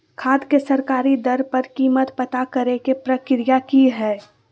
खाद के सरकारी दर पर कीमत पता करे के प्रक्रिया की हय?